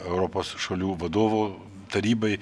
europos šalių vadovų tarybai